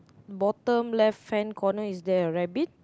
bottom left hand corner is there rabbit